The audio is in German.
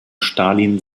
stalin